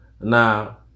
Now